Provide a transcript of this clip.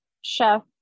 chef